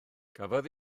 cafodd